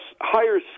higher